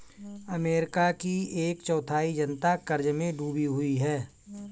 America की एक चौथाई जनता क़र्ज़ में डूबी हुई है